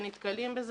ונתקלים בזה